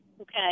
Okay